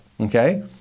Okay